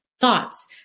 thoughts